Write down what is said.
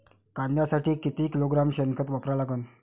कांद्यासाठी किती किलोग्रॅम शेनखत वापरा लागन?